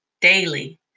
daily